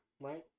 right